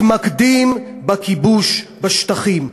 מתמקדים בכיבוש בשטחים.